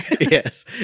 Yes